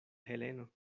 heleno